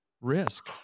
risk